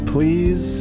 Please